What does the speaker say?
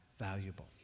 valuable